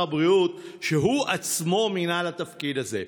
הבריאות שהוא עצמו מינה לתפקיד הזה.